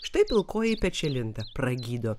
štai pilkoji pečialinda pragydo